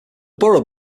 borough